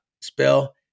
spell